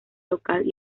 local